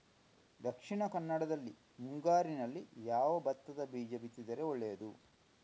ದಕ್ಷಿಣ ಕನ್ನಡದಲ್ಲಿ ಮುಂಗಾರಿನಲ್ಲಿ ಯಾವ ಭತ್ತದ ಬೀಜ ಬಿತ್ತಿದರೆ ಒಳ್ಳೆಯದು?